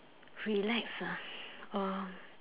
relax ah uh